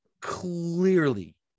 clearly